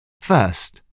First